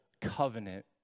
covenant